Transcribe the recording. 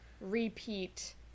repeat